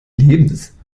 lebens